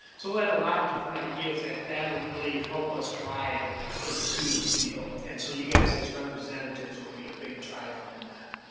so we'll have a lot of different ideas and that'll really help us drive what the students feel. and so, you guys as representatives, will be a big driver in that.